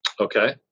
Okay